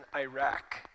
Iraq